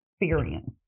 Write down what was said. experience